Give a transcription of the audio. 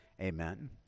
amen